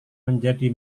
menjadi